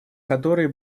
которые